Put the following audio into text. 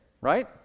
right